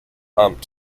pumped